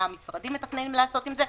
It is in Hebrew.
מה המשרדים מתכננים לעשות עם זה,